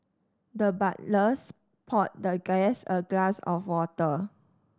the butlers poured the guest a glass of water